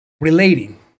Relating